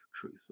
truth